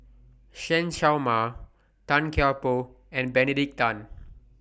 Chen Show Mao Tan Kian Por and Benedict Tan